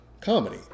comedy